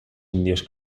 indios